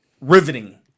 riveting